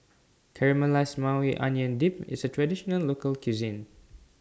Caramelized Maui Onion Dip IS A Traditional Local Cuisine